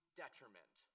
detriment